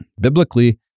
Biblically